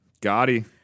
Gotti